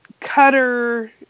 Cutter